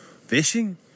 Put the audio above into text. fishing